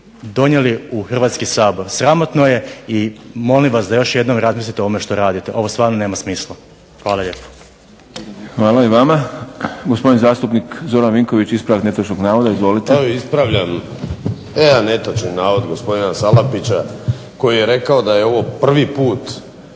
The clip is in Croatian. donijeli u Hrvatski sabor. Sramotno je i molim vas da još jednom razmislit o ovome što radite. Ovo stvarno nema smisla. Hvala lijepo. **Šprem, Boris (SDP)** Hvala i vama. Gospodin zastupnik Zoran Vinković, ispravak netočnog navoda. Izvolite. **Vinković, Zoran (HDSSB)** Pa evo ispravljam jedan netočan navod gospodina Salapića koji je rekao da je ovo prvi put